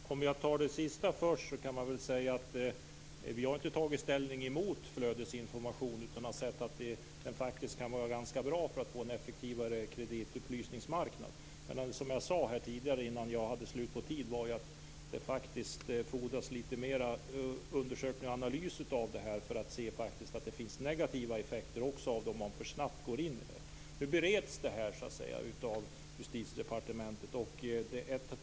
Fru talman! Om jag bemöter det sista först kan jag säga att vi inte har tagit ställning emot flödesinformation. Vi har sagt att det kan vara ganska bra om vi vill ha en effektivare kreditupplysningsmarknad. Det jag sade tidigare, innan min taletid tog slut, var att det fordras fler undersökningar och analyser. Vi måste undersöka om det finns negativa effekter av att gå fram för snabbt. Ärendet bereds nu av Justitiedepartementet.